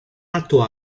alto